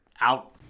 Out